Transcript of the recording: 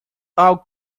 algo